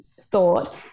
thought